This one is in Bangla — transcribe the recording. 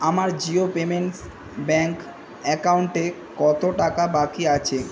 আমার জিও পেমেন্টস ব্যাঙ্ক অ্যাকাউন্টে কত টাকা বাকি আছে